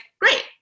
great